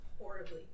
horribly